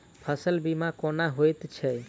फसल बीमा कोना होइत छै?